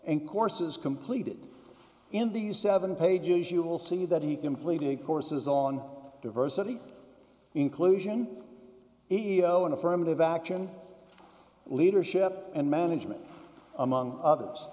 and courses completed in these seven pages you will see that he completed courses on diversity inclusion e e o and affirmative action leadership and management among others